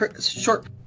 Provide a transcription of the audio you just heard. short